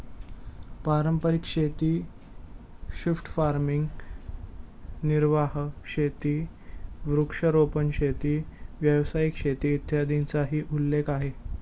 पारंपारिक शेती, shift farming, निर्वाह शेती, वृक्षारोपण शेती, व्यावसायिक शेती, इत्यादींचाही उल्लेख आहे